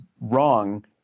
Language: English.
wrong